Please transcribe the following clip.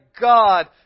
God